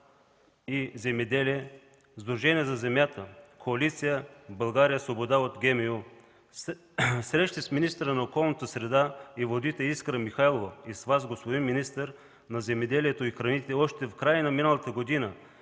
и земеделие, Сдружението „За земята”, Коалицията „България свободна от ГМО”. На срещи с министъра на околната среда и водите Искра Михайлова и с Вас, господин министър на земеделието и храните, още в края на миналата година